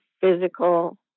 physical